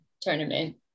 tournament